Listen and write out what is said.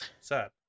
sad